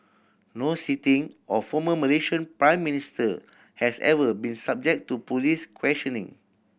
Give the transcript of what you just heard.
no sitting or former Malaysian Prime Minister has ever been subject to police questioning